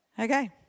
Okay